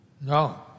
No